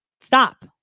Stop